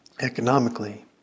economically